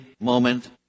moment